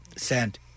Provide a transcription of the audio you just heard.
sent